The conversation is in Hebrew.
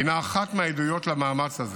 היא אחת מהעדויות למאמץ הזה.